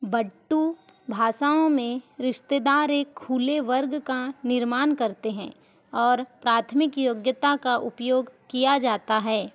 बट्टू भाषाओं में रिश्तेदार एक खुले वर्ग का निर्माण करते हैं और प्राथमिक योग्यता का उपयोग किया जाता है